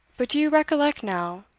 but do you recollect, now,